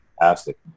fantastic